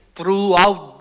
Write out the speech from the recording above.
Throughout